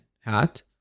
Hat